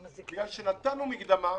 הוא בגלל שנתנו מקדמה.